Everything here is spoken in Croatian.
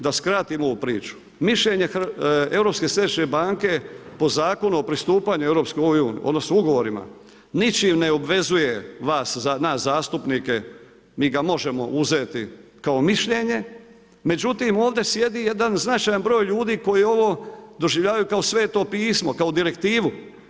Da skratim ovu priče, mišljenje Europske središnje banke, po zakonu o pristupanju EU, odnosno, ugovorima, ničim ne obvezuje nas zastupnike mi ga možemo uzeti kao mišljenje, međutim, ovdje sjedi jedan značajan br. ljudi koji ovo doživljavaju kao sv. pismo, kao direktivu.